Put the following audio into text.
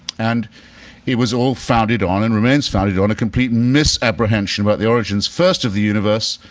and it was all founded on and remains founded on a complete misapprehension about the origins, first of the universe,